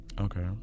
Okay